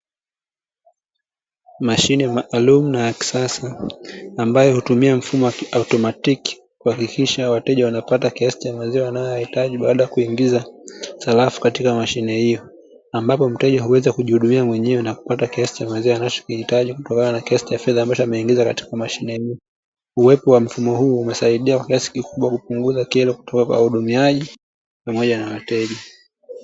Mashine maalumu na ya kisasa ambayo hutumia mfumo wa kiautomatiki kuhakikisha wateja wanapata kiasi cha maziwa wanayohitaji baada ya kuingiza sarafu katika mashine hiyo. Ambapo mteja huwezi kujihudumia mwenyewe na kupata kiasi cha maziwa anachokihitaji kutokana na kiasi cha fedha ambacho ameingiza katika mashine hiyo. Uwepo wa mfumo huu umesaidia kiasi kikubwa kupunguza kero kutoka kwa wahudumiaji pamoja na wateja.